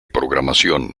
programación